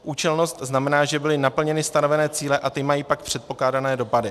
Účelnost znamená, že byly naplněny stanovené cíle a ty mají pak předpokládané dopady.